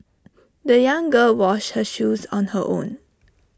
the young girl washed her shoes on her own